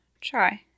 try